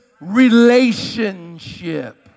relationship